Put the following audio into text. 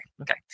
okay